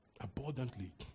Abundantly